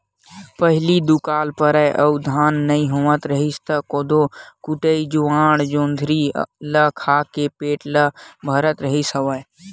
पहिली दुकाल परय अउ धान नइ होवत रिहिस त कोदो, कुटकी, जुवाड़, जोंधरी ल खा के पेट ल भरत रिहिस हवय